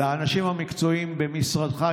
לאנשים המקצועיים במשרדך,